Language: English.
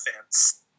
fence